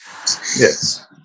yes